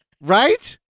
Right